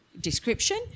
description